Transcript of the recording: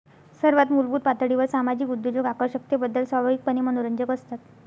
सर्वात मूलभूत पातळीवर सामाजिक उद्योजक आकर्षकतेबद्दल स्वाभाविकपणे मनोरंजक असतात